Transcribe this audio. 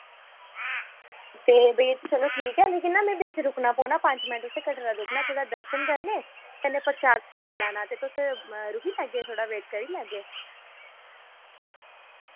ते भैया जी चलो ठीक ऐ लेकिन ना में बिच रुकना पोना पंज मैंट उत्थै कटरा रुकना थोह्ड़ा दर्शन करने कन्नै परशाद बगैरा लैना ते तुस रुकी सकगे थोह्ड़ा वेट करी लैगे